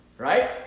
Right